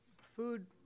food